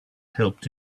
helped